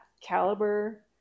caliber